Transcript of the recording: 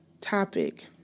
topic